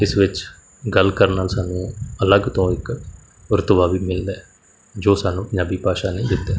ਇਸ ਵਿੱਚ ਗੱਲ ਕਰਨ ਨਾਲ ਸਾਨੂੰ ਅਲੱਗ ਤੋਂ ਇੱਕ ਰੁਤਬਾ ਵੀ ਮਿਲਦਾ ਜੋ ਸਾਨੂੰ ਪੰਜਾਬੀ ਭਾਸ਼ਾ ਨੇ ਦਿੱਤਾ